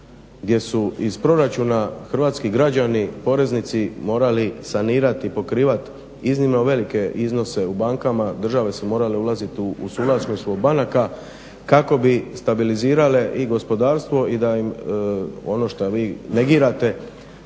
gdje su iz proračuna hrvatski građani, poreznici morali sanirat i pokrivat iznimno velike iznose u bankama, države su morale ulazit u suvlasništvo banaka kako bi stabilizirale i gospodarstvo i da im ono što vi negirate,